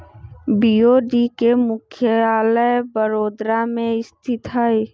BOB के मुख्यालय बड़ोदरा में स्थित हइ